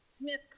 Smith